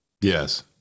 Yes